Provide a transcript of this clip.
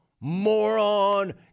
Moron